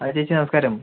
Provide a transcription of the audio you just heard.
ആ ചേച്ചി നമസ്കാരം